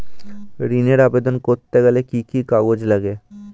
ঋণের আবেদন করতে গেলে কি কি কাগজ লাগে?